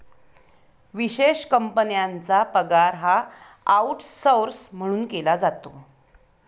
विशेष कंपन्यांचा पगार हा आऊटसौर्स म्हणून केला जातो